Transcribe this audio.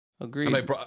Agreed